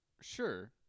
Sure